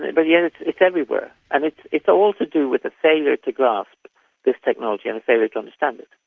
but yet it's everywhere. and it's it's all to do with a failure to grasp this technology and a failure to understand it.